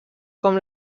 com